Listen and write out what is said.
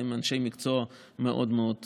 שהם אנשי מקצוע מאוד מאוד מנוסים,